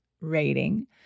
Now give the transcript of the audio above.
rating